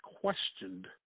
questioned